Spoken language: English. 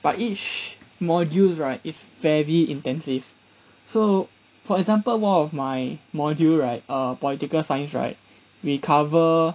but each modules right is very intensive so for example one of my module right uh political science right we cover